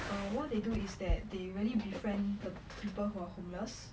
err what they do is that they really befriend the people who are homeless